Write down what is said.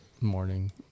morning